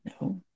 No